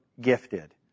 gifted